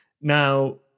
Now